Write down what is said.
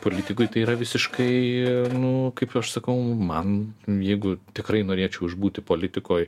politikui tai yra visiškai nu kaip aš sakau man jeigu tikrai norėčiau išbūti politikoj